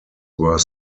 were